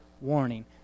warning